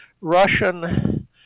Russian